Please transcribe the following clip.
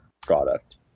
product